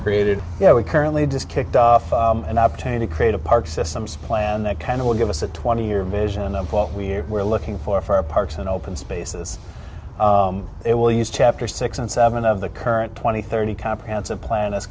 created you know we currently just kicked off an opportunity create a park systems plan that kind of would give us a twenty year vision of what we were looking for for our parks and open spaces it will use chapter six and seven of the current twenty thirty comprehensive plan is